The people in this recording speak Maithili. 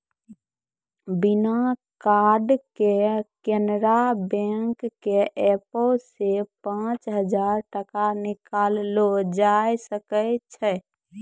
बिना कार्डो के केनरा बैंक के एपो से पांच हजार टका निकाललो जाय सकै छै